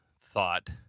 thought